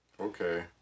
Okay